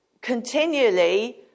continually